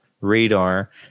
radar